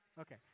Okay